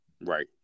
Right